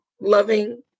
loving